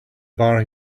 bar